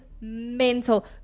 mental